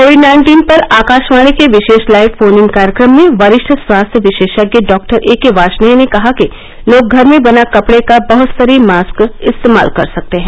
Covid nineteen पर आकाशवाणी के विशेष लाइव फोन इन कार्यक्रम में वरिष्ठ स्वास्थ्य विशेषज्ञ डॉक्टर ए के वार्षणेय ने कहा कि लोग घर में बना कपड़े का बहस्तरीय मास्कइस्मेमाल कर सकते है